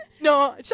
No